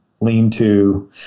lean-to